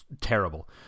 Terrible